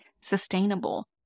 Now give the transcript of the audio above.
sustainable